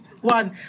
one